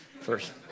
first